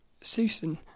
susan